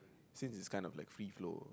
since is kind of like free flow